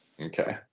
Okay